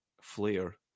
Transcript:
flair